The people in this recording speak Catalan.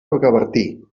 rocabertí